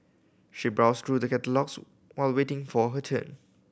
she browsed through the catalogues while waiting for her turn